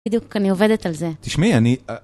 בדיוק, אני עובדת על זה. תשמעי, אני...